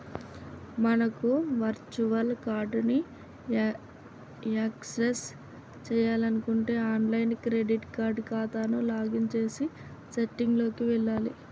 మనకు virtual card ని access చేయాలంటే ఆన్లైన్ క్రెడిట్ కార్డ్ ఖాతాకు లాగిన్ చేసి సెట్టింగ్ లోకి వెళ్లాలి